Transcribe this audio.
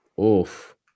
oof